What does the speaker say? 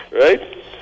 right